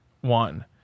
One